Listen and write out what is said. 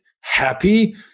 happy